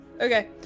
Okay